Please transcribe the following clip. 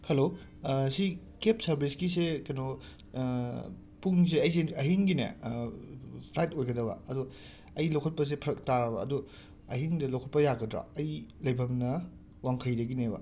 hello ꯁꯤ cab ꯁꯔꯕꯤꯁꯀꯤꯁꯦ ꯀꯩꯅꯣ ꯄꯨꯡꯁꯦ ꯑꯩꯁꯦ ꯑꯍꯤꯡꯒꯤꯅꯦ ꯐ꯭ꯂꯥꯏꯠ ꯑꯣꯏꯒꯗꯕ ꯑꯗꯣ ꯑꯩ ꯂꯧꯈꯠꯄꯁꯦ ꯐꯔꯛ ꯇꯥꯔꯕ ꯑꯗꯣ ꯑꯍꯤꯡꯗ ꯂꯧꯈꯠꯄ ꯌꯥꯒꯗ꯭ꯔ ꯑꯩ ꯂꯩꯐꯝꯅ ꯋꯥꯡꯈꯩꯗꯒꯤꯅꯦꯕ